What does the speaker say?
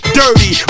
dirty